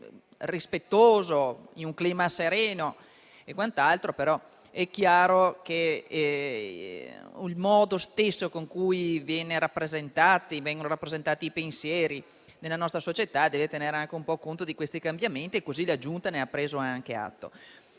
rispettoso in un clima sereno. È chiaro, però, che il modo stesso con cui vengono rappresentati i pensieri nella nostra società deve tenere anche conto di questi cambiamenti e la Giunta ne ha preso atto.